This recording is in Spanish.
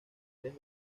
tres